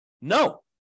No